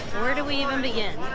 where do we even begin?